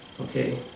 okay